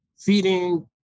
feeding